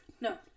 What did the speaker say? No